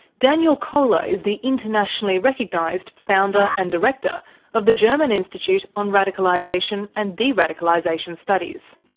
daniel koehler is the internationally recognised founder and director of the german institute on radicalisation and de-radicalisation studies.